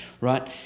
right